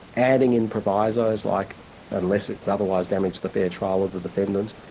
adding in provisos like unless it would otherwise damage the fair trial of the defendant,